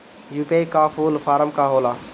UPI का full form का होला?